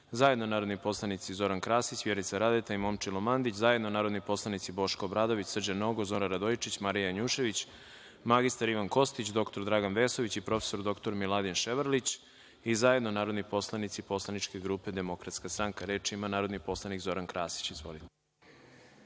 zajedno narodni poslanici Zoran Krasić, Vjerica Radeta i Momčilo Mandić, zajedno narodni poslanici Boško Obradović, Srđan Nogo, Zoran Radojičić, Marija Janjušević, mr. Ivan Kostić, dr Dragan Vesović i prof. dr Miladin Ševarlić i zajedno narodni poslanici Poslaničke grupe DS.Reč ima narodni poslanik Zoran Krasić. Izvolite.